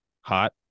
hot